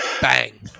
bang